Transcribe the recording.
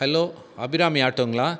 hello Abirami ஆட்டோங்களா